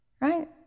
right